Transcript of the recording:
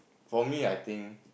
for me I think